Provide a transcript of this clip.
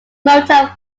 motor